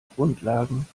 grundlagen